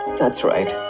that's right.